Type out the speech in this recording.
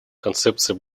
концепции